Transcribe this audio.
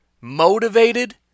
motivated